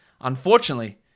Unfortunately